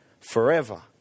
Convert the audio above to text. forever